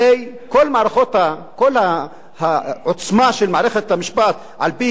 הרי כל העוצמה של מערכת המשפט על-פי